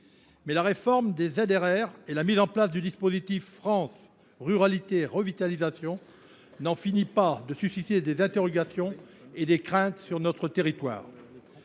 rurale (ZRR) et la mise en place du dispositif France Ruralités Revitalisation (FRR) n’en finissent pas de susciter des interrogations et des craintes sur notre territoire.